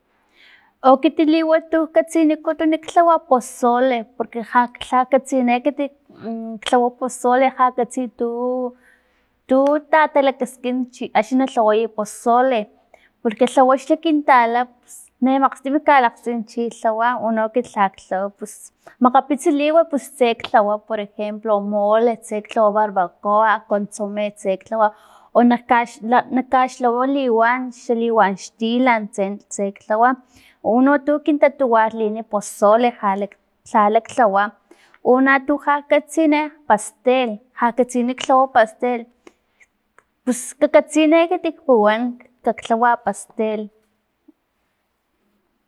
Ukiti liwat tu katsinikutun tlawa pozole, porque ja lha lhakatsini ekit lhawa pozole ja katsi tu- tu tatalakaskin chi axni na tlaway pozole porque tlawa xa kintala pus ni makgstim kalakgtsin chi kalhawa uno ekit lhak tlawa pus makgapits liwat pus tse tlawa por ejemplo mole, tsektlawa barbacoa, consome tsek tlawa o nakkag- na- nakkaxlawa liwan xa liwa xtilan tse tse tlawa uno tu kintatuwarlini pozole lhala jalak tlawa untu na jak katsini pastel ja katsini tlawa pastel pus ka katsini ekit puwan kak tlawa pastel.